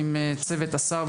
ועם צוות השר,